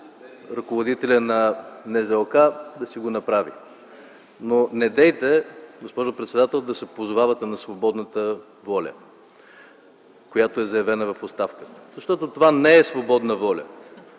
ръководителя на НЗОК, да си го направи! Но недейте, госпожо председател, да се позовавате на свободната воля, която е заявена в оставката. КРАСИМИР ВЕЛЧЕВ (ГЕРБ, от